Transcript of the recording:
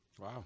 Wow